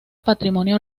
patrimonio